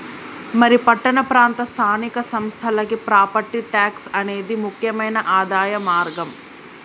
మరి పట్టణ ప్రాంత స్థానిక సంస్థలకి ప్రాపట్టి ట్యాక్స్ అనేది ముక్యమైన ఆదాయ మార్గం